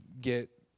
get